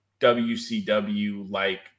WCW-like